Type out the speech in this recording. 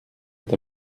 est